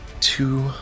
two